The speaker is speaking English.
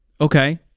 Okay